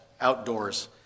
outdoors